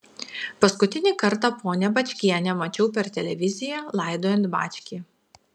paskutinį kartą ponią bačkienę mačiau per televiziją laidojant bačkį